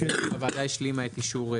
הצבעה בעד, 0 נגד, 4 נמנעים, אין לא אושר.